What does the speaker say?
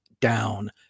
down